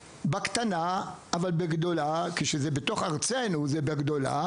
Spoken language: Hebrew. בקטנה, אבל בגדולה, כשזה בתוך ארצנו זה בגדולה